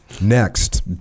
Next